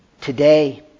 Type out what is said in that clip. today